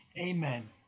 Amen